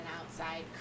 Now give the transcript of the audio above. outside